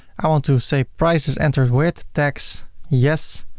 i want to say price is entered with tax yes,